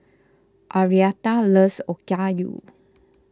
Arietta loves Okayu